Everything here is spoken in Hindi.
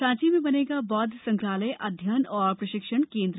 सांची में बनेगा बौद्ध संग्रहालय अध्ययन और प्रशिक्षण केन्द्र